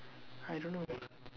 I don't know